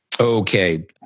Okay